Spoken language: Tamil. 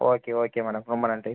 ஓகே ஓகே மேடம் ரொம்ப நன்றி